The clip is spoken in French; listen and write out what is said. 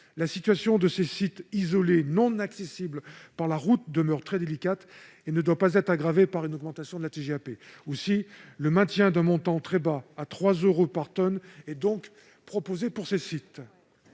La situation de ces sites non accessibles par la route demeure très délicate et ne doit pas être aggravée par une augmentation de la TGAP. Le maintien d'un montant très bas à 3 euros par tonne est donc proposé pour ces sites.